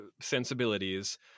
sensibilities